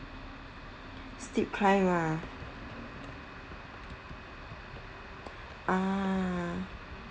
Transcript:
steep climb ah ah